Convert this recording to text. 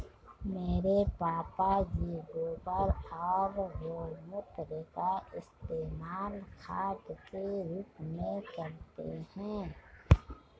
मेरे पापा जी गोबर और गोमूत्र का इस्तेमाल खाद के रूप में करते हैं